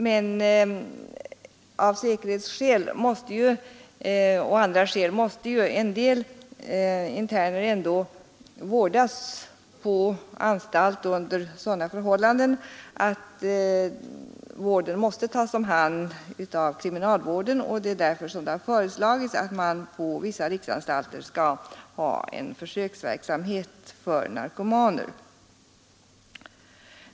Men av säkerhetsskäl och av andra skäl måste en del interner ändå vårdas på anstalt under sådana förhållanden att vården omhänderhas av kriminalvården. Därför har det föreslagits att man på vissa riksanstalter skall ha en försöksverksamhet för narkomaner.